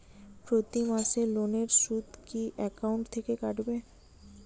প্রতি মাসে লোনের সুদ কি একাউন্ট থেকে কাটবে?